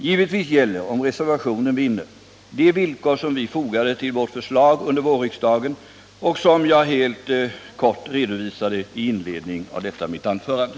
Givetvis gäller, om reservationen vinner, de villkor som vi fogade till vårt förslag under vårriksdagen och som jag helt kort redovisade i början av mitt anförande.